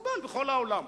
מקובל בכל העולם.